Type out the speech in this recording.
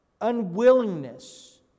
unwillingness